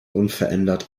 unverändert